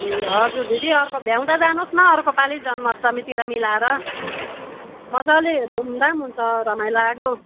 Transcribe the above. ए हजुर दिदी अर्को भ्याउँद जानुहोस् न अर्को पाली जन्म अष्टमीतिर मिलाएर मजाले धुमधाम हुन्छ रमाइलो लाग्दो